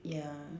ya